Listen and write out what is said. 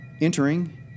Entering